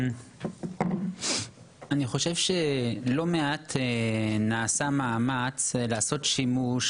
אני חושב שלא מעט נעשה מאמץ לעשות שימוש